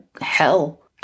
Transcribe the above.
hell